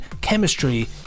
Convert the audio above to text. chemistry